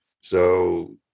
So-